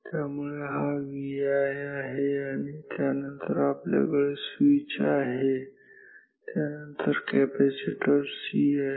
त्यामुळे हा Vi आहे त्यानंतर आपल्याकडे स्विच आहे त्यानंतर कॅपॅसिटर C आहे